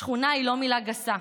שכונה היא לא מילה גסה,